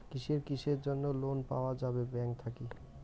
কিসের কিসের জন্যে লোন পাওয়া যাবে ব্যাংক থাকি?